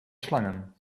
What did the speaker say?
slangen